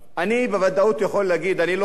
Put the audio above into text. אני לא חבר בוועדת החוץ והביטחון,